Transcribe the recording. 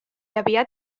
aviat